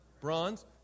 bronze